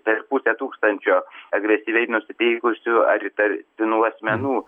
per pusę tūkstančio agresyviai nusiteikusių ar įtartinų asmenų